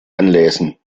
anlesen